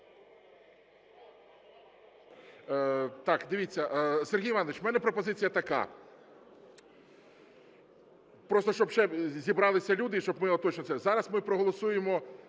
Так, дивіться, Сергій Іванович, в мене пропозиція така. Просто, щоб ще зібралися люди і щоб ми його точно це… Зараз ми проголосуємо